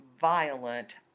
violent